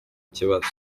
kibazo